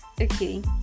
okay